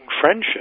friendship